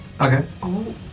Okay